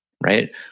right